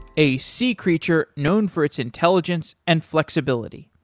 a sea creature known for its intelligence and flexibility.